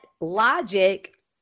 logic